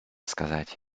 сказать